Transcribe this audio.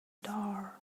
door